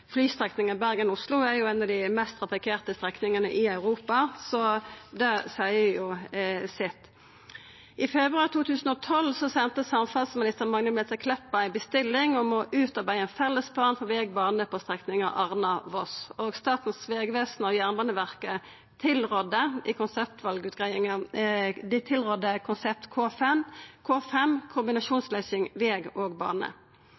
flystrekninga Bergen–Oslo er ei av dei mest trafikkerte strekningane i Europa. Det seier jo sitt. I februar 2012 sende samferdselsminister Magnhild Meltveit Kleppa ei bestilling om å utarbeida ein felles plan for veg og bane på strekninga Arna–Voss, og Statens vegvesen og Jernbaneverket tilrådde i konseptvalutgreiinga konsept K5, som er ei kombinasjonsløysing for veg og bane.